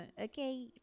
Okay